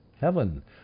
heaven